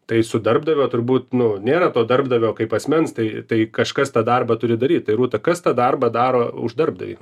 tai su darbdavio turbūt nu nėra to darbdavio kaip asmens tai tai kažkas tą darbą turi daryt tai rūta kas tą darbą daro už darbdavį